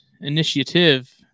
Initiative